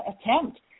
attempt